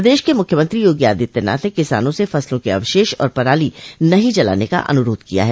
प्रदेश के मुख्यमंत्री योगी आदित्यनाथ न किसानों से फसलों के अवशेष और पराली नहीं जलाने का अनुरोध किया है